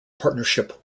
partnership